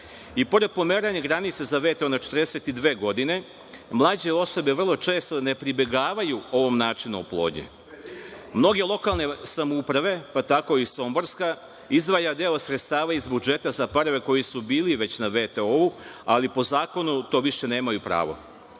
I pored pomeranja granice za VTO na 42 godine, mlađe osobe vrlo često ne pribegavaju ovom načinu oplodnje. Mnoge lokalne samouprave, pa tako i somborska, izdvaja deo sredstava iz budžeta za parova koji su bili već na VTO, ali po zakonu na to više nemaju pravo.